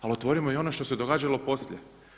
Ali otvorimo i ono što se događalo poslije.